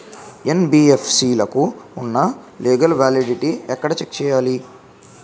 NBFC లకు ఉన్నా legal validity ఎక్కడ చెక్ చేయాలి?